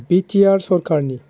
BTR सरखारनि